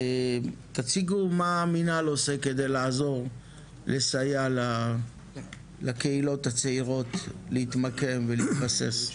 תציגו מה המנהל עושה כדי לעזור לסייע לקהילות הצעירות להתמקם ולהתבסס?